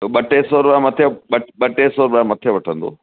ॿ टे सौ रुपया मथे ॿ ॿ टे सौ रुपया मथे वठंदो